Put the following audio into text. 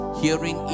hearing